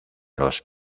los